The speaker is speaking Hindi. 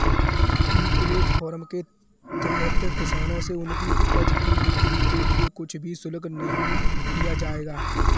ई प्लेटफॉर्म के तहत किसानों से उनकी उपज की बिक्री के लिए कुछ भी शुल्क नहीं लिया जाएगा